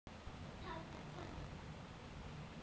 চাষের সাথে যুক্ত অলেক রকমের উৎসব হ্যয়ে যেমল